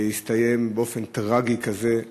והוא הסתיים באופן טרגי כזה,